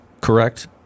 correct